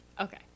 okay